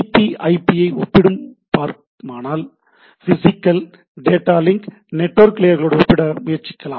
B IP ஐ TCP IP ஐ ஒப்பிட்டுப் பார்க்க வேண்டுமானால் பிசிகல் டேட்டா லிங்க் நெட்வொர்க்கிங் லேயர்களோடு ஒப்பிட முயற்சிக்கலாம்